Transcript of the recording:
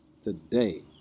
Today